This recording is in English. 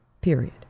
period